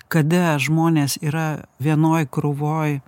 kada žmonės yra vienoj krūvoj